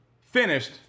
finished